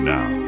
Now